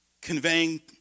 conveying